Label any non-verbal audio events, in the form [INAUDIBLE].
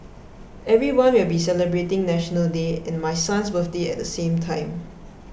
everyone will be celebrating National Day and my son's birthday at the same time [NOISE]